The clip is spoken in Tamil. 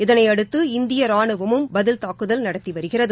இதனையடுத்து இந்திய ராணுவமும் பதில் தாக்குதல் நடத்தி வருகிறது